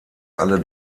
alle